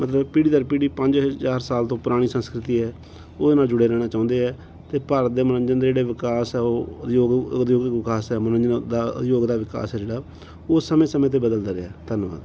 ਮਤਲਬ ਪੀੜ੍ਹੀ ਦਰ ਪੀੜ੍ਹੀ ਪੰਜ ਹਜ਼ਾਰ ਸਾਲ ਤੋਂ ਪੁਰਾਣੀ ਸੰਸਕ੍ਰਿਤੀ ਹੈ ਉਹਦੇ ਨਾਲ ਜੁੜੇ ਰਹਿਣਾ ਚਾਹੁੰਦੇ ਹੈ ਅਤੇ ਭਾਰਤ ਦੇ ਮਨੋਰੰਜਨ ਦੇ ਜਿਹੜੇ ਵਿਕਾਸ ਆ ਉਹ ਉਦਯੋਗ ਉਦਯੋਗਿਕ ਵਿਕਾਸ ਹੈ ਮਨੋਰੰਜਨ ਦਾ ਉਦਯੋਗ ਦਾ ਵਿਕਾਸ ਹੈ ਜਿਹੜਾ ਉਹ ਸਮੇਂ ਸਮੇਂ 'ਤੇ ਬਦਲਦਾ ਰਿਹਾ ਧੰਨਵਾਦ